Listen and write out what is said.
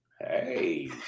Hey